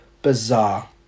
bizarre